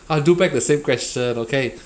I do back the same question okay